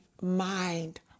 mind